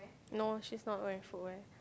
no she's not wearing footwear